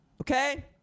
okay